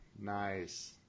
Nice